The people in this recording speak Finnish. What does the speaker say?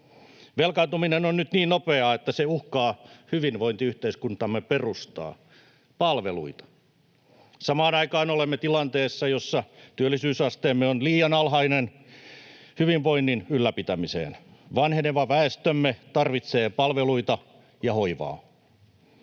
Velkaantuminen on nyt niin nopeaa, että se uhkaa hyvinvointiyhteiskuntamme perustaa, palveluita. Samaan aikaan olemme tilanteessa, jossa työllisyysasteemme on liian alhainen hyvinvoinnin ylläpitämiseen. Vanheneva väestömme tarvitsee palveluita ja hoivaa.